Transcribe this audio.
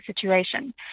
situation